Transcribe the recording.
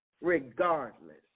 regardless